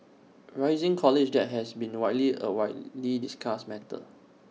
rising college debt has been widely A widely discussed matter